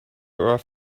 earth